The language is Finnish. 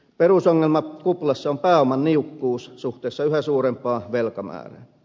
perusongelma kuplassa on pääoman niukkuus suhteessa yhä suurempaan velkamäärään